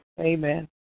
amen